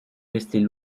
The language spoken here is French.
restée